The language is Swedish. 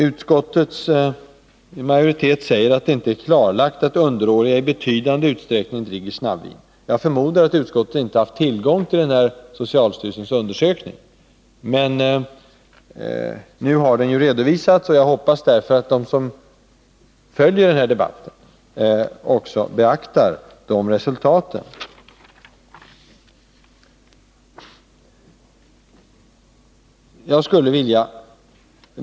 Utskottets majoritet säger att det inte är klarlagt att underåriga i betydande utsträckning dricker snabbvin. Jag förmodar att utskottet tidigare inte har haft tillgång till socialstyrelsens undersökning. Men då undersökningen nu har redovisats hoppas jag att de som följer denna debatt också beaktar undersökningens resultat.